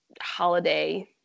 holiday